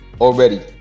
already